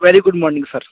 very good morning sir